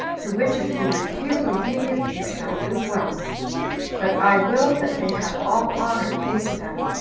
to which if you refuse obedience, you shall do well but i will that they have all honor paid to them.